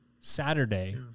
Saturday